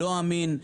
לא אמין,